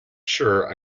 sure